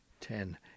ten